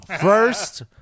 First